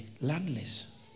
Landless